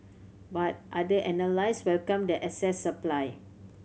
but other analysts welcomed the excess supply